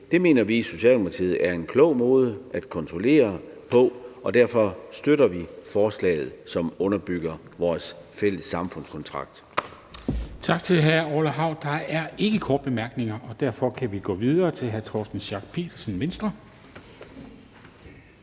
Det mener vi i Socialdemokratiet er en klog måde at kontrollere på, og derfor støtter vi forslaget, som underbygger vores fælles samfundskontrakt. Kl. 13:39 Formanden (Henrik Dam Kristensen): Tak til hr. Orla Hav. Der er ikke korte bemærkninger, og derfor kan vi gå videre til hr. Torsten Schack Pedersen, Venstre.